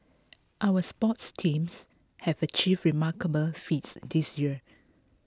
our sports teams have achieved remarkable feats this year